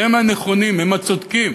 הם הנכונים, הם הצודקים,